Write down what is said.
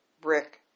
Brick